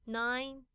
nine